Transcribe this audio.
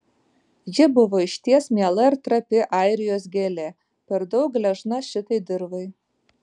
ji buvo išties miela ir trapi airijos gėlė per daug gležna šitai dirvai